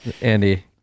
Andy